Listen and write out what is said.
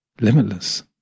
limitless